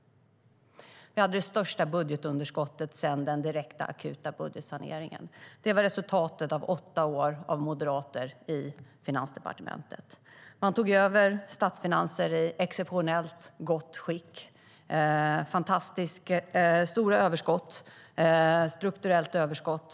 Vi hade då det största budgetunderskottet sedan den direkta, akuta budgetsaneringen. Det var resultatet av åtta år med moderater i Finansdepartementet.Den tidigare regeringen tog över statsfinanser i exceptionellt gott skick med stora överskott och ett strukturellt överskott.